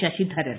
Sasidharan